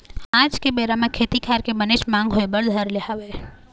आज के बेरा म खेती खार के बनेच मांग होय बर धर ले हवय